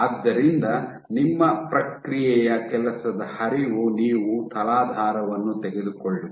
ಆದ್ದರಿಂದ ನಿಮ್ಮ ಪ್ರಕ್ರಿಯೆಯ ಕೆಲಸದ ಹರಿವು ನೀವು ತಲಾಧಾರವನ್ನು ತೆಗೆದುಕೊಳ್ಳುವುದು